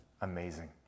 amazing